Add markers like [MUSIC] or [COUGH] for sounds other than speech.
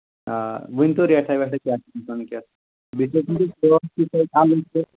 آ ؤنۍتو ریٹا ویٹا کیٛاہ چھِ [UNINTELLIGIBLE]